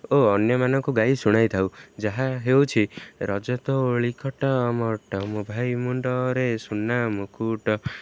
ଓ ଅନ୍ୟମାନଙ୍କୁ ଗାଇ ଶୁଣାଇଥାଉ ଯାହା ହେଉଛି ରଜତ ଦୋଳି କଟମଟ ମୋ ଭାଇ ମୁୁଣ୍ଡରେ ସୁନା ମୁକୁଟ